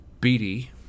Beatty